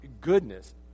goodness